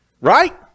Right